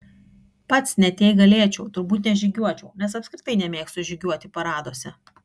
pats net jei galėčiau turbūt nežygiuočiau nes apskritai nemėgstu žygiuoti paraduose